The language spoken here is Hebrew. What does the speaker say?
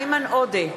איימן עודה,